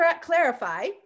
clarify